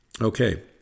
Okay